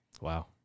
Wow